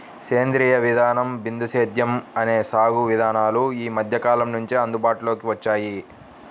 సేంద్రీయ విధానం, బిందు సేద్యం అనే సాగు విధానాలు ఈ మధ్యకాలం నుంచే అందుబాటులోకి వచ్చాయి